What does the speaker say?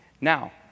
now